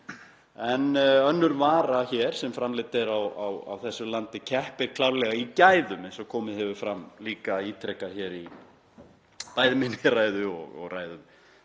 En önnur vara sem framleidd er á þessu landi keppir klárlega í gæðum eins og komið hefur fram líka ítrekað, bæði í minni ræðu og ræðum